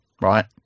right